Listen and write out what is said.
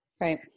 Right